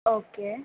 okay